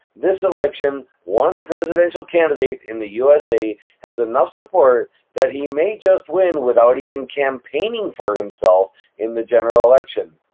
this election, one presidential candidate in the usa has enough support that he may just win without even campaigning for himself in the general election.